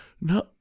no